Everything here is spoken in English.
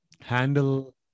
handle